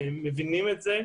מבינים את זה.